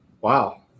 Wow